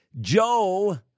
Joe